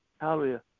Hallelujah